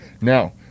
Now